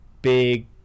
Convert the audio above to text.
big